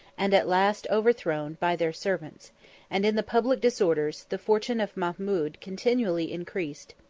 and at last overthrown, by their servants and, in the public disorders, the fortune of mahmud continually increased.